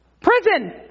Prison